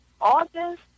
August